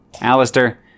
Alistair